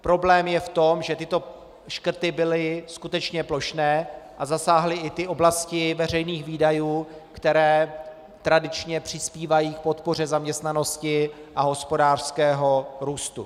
Problém je v tom, že tyto škrty byly skutečně plošné a zasáhly i ty oblasti veřejných výdajů, které tradičně přispívají k podpoře zaměstnanosti a hospodářského růstu.